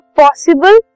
possible